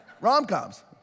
Rom-coms